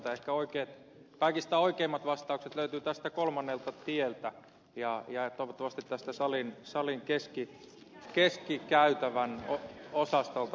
ehkä kaikkein oikeimmat vastaukset löytyvät tästä kolmannelta tieltä ja toivottavasti tästä salin keskikäytävän osastolta